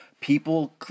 people